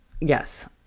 Yes